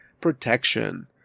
protection